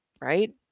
right